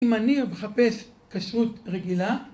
אם אני מחפש כשרות רגילה